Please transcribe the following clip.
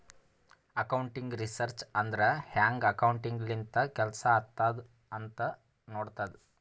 accounting research ಅಂದುರ್ ಹ್ಯಾಂಗ್ accounting ಲಿಂತ ಕೆಲ್ಸಾ ಆತ್ತಾವ್ ಅಂತ್ ನೋಡ್ತುದ್